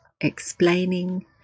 explaining